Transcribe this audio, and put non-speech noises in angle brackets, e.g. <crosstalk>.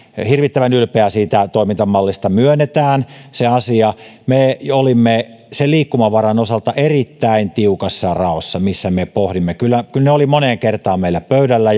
hirvittävän ylpeä siitä toimintamallista myönnetään se me olimme sen liikkumavaran osalta erittäin tiukassa raossa missä me pohdimme sitä kyllä ne olivat moneen kertaan meillä pöydällä <unintelligible>